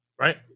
Right